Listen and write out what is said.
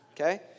okay